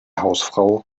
hausfrau